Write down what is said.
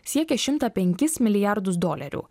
siekė šimtą penkis milijardus dolerių